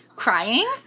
crying